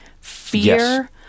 fear